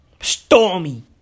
stormy